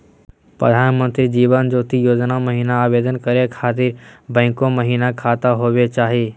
प्रधानमंत्री जीवन ज्योति योजना महिना आवेदन करै खातिर बैंको महिना खाता होवे चाही?